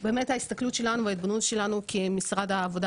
באמת ההסתכלות שלנו וההתבוננות שלנו כמשרד העבודה